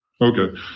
Okay